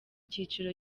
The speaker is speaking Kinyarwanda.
cyiciro